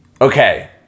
okay